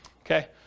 Okay